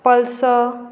pulsar